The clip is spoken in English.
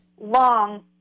long